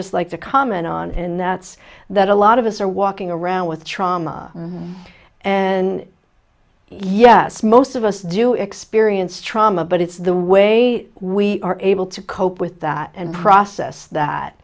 just like to comment on and that's that a lot of us are walking around with trauma and yes most of us do experience trauma but it's the way we are able to cope with that and process that